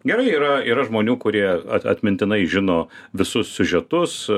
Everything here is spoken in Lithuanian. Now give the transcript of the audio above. gerai yra yra žmonių kurie at atmintinai žino visus siužetus